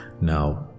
now